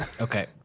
Okay